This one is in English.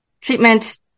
treatment